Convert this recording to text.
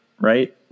right